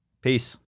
peace